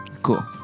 Cool